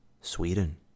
Sweden